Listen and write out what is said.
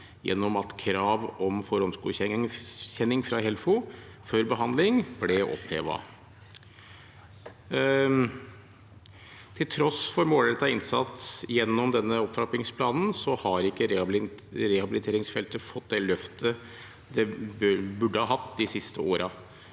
gjennom at krav om forhåndsgodkjenning fra Helfo før behandling ble opphevet. Til tross for målrettet innsats gjennom denne opptrappingsplanen har ikke rehabiliteringsfeltet fått det løftet det burde ha fått de siste årene.